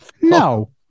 No